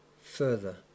further